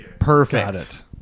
Perfect